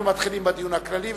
אנחנו מתחילים בדיון הכללי.